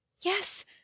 Yes